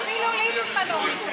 אפילו ליצמן הוריד.